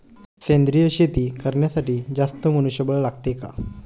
सेंद्रिय शेती करण्यासाठी जास्त मनुष्यबळ लागते का?